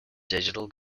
digital